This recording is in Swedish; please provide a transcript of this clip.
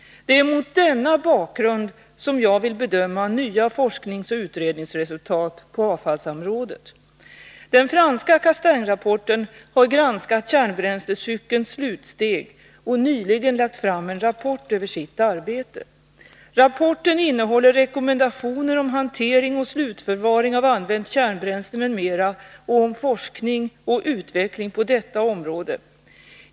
Det är mot denna bakgrund som jag vill bedöma nya forskningsoch utredningsresultat på avfallsområdet. Den franska Castaingkommittén har granskat kärnbränslecykelns slutsteg och nyligen lagt fram en rapport om sitt arbete. Rapporten innehåller rekommendationer om hantering och slutförvaring av använt kärnbränsle m.m. och om forskning och utveckling på detta område.